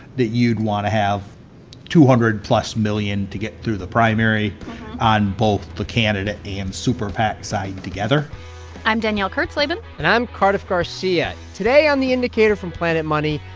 that you'd want to have two hundred plus million to get through the primary on both the candidate and superpac side together i'm danielle kurtzleben and i'm cardiff garcia. today on the indicator from planet money,